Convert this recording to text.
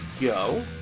go